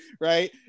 Right